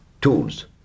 tools